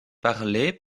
parlée